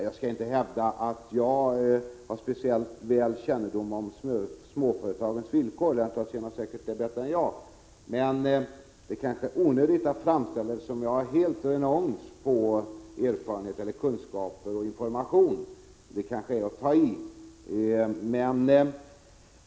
Jag skall inte hävda att jag har speciellt god kännedom om småföretagens villkor, Lennart Alsén känner säkert till dem bättre än jag. Men det är onödigt att framställa det som om jag vore helt renons på kunskap och information. Det kanske är att tai.